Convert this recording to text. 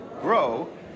grow